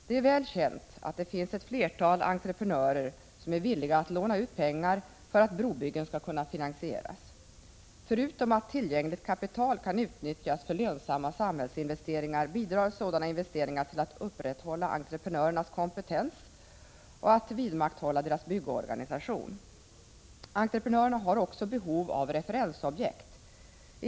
Det är väl känt att det finns flera entreprenörer som är villiga att låna ut pengar för att brobyggen skall kunna finansieras. Förutom att tillgängligt kapital kan utnyttjas för lönsamma samhällsinvesteringar bidrar sådana investeringar till att upprätthålla entreprenörernas kompetens och att vidmakthålla deras byggorganisation. Entreprenörerna har också behov av referensobjekt.